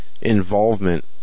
involvement